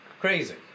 crazy